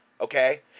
Okay